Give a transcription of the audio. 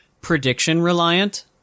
prediction-reliant